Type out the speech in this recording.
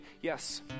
yes